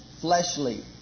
fleshly